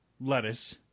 lettuce